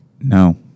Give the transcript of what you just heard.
No